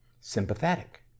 sympathetic